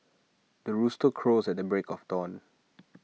the rooster crows at the break of dawn